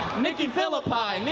mikey fill-a-pie.